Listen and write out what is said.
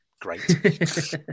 great